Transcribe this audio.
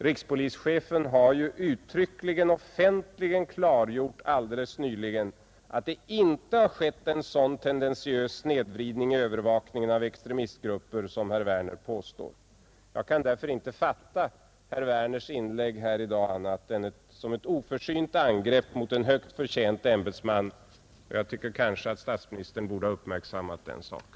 Rikspolischefen har ju uttryckligen alldeles nyligen offentligen klargjort att det inte skett en sådan tendentiös snedvridning i övervakningen av extremistgrupper som herr Werner påstår. Jag kan därför inte fatta herr Werners inlägg i dag annat än som ett oförsynt angrepp mot en högt förtjänt ämbetsman, och jag tycker kanske att statsministern borde ha uppmärksammat den saken.